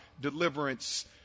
deliverance